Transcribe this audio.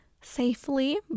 safely